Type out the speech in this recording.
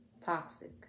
toxic